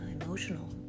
emotional